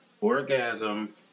orgasm